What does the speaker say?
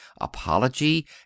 apology